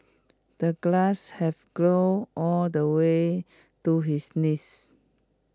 the grass have grown all the way to his knees